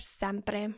sempre